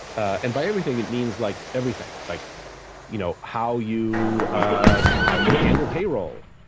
and by everything, it means like everything. like you know how you ah how you handle payroll,